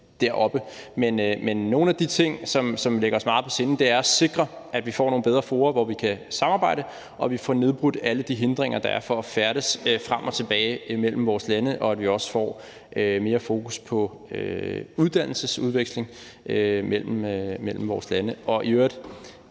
deroppe. Men nogle af de ting, som ligger os meget på sinde, er at sikre, at vi får nogle bedre fora, hvor vi kan samarbejde, og at vi får nedbrudt alle de hindringer, der er for at færdes frem og tilbage mellem vores lande, og at vi også får mere fokus på uddannelsesudveksling mellem vores lande – og i øvrigt